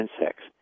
insects